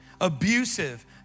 abusive